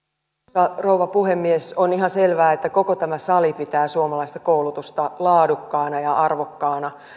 arvoisa rouva puhemies on ihan selvää että koko tämä sali pitää suomalaista koulutusta laadukkaana ja arvokkaana